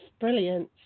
brilliant